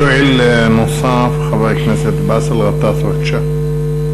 שואל נוסף, חבר הכנסת באסל גטאס, בבקשה.